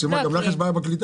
גם לך יש בעיה בקליטה?